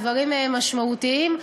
דברים משמעותיים.